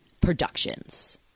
Productions